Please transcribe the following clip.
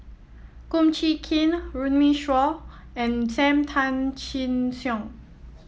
Kum Chee Kin Runme Shaw and Sam Tan Chin Siong